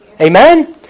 Amen